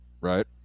Right